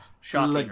shocking